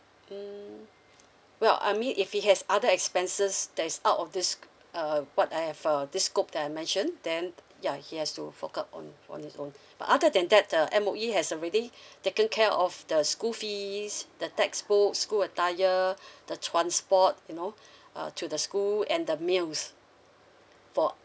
mm well I mean if he has other expenses that is out of this uh what I have err this scope that I mentioned then ya he has to fork out on on its own but other than that uh M_O_E has already taken care of the school fees the textbook school attire the transport you know err to the school and the meals for